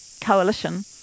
Coalition